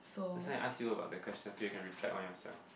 that's why I ask you about the question so you can reflect on yourself